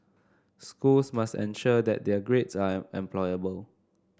schools must ensure that their grades are employable